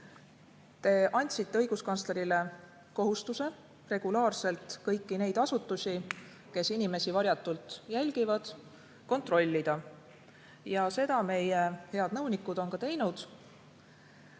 Te andsite õiguskantslerile kohustuse regulaarselt kõiki neid asutusi, kes inimesi varjatult jälgivad, kontrollida. Seda on meie head nõunikud ka teinud.